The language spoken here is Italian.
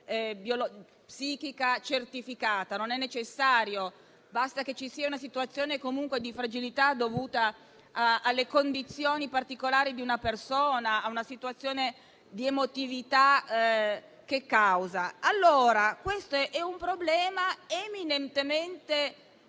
psichica certificata, non è necessario, essendo sufficiente una situazione comunque di fragilità dovuta alle condizioni particolari di una persona o a una situazione di emotività che causa. È un problema di natura eminentemente